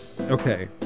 okay